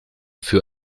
für